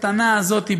הקטנה הזאת,